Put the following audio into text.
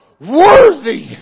worthy